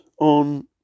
on